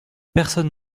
personne